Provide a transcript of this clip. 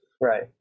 Right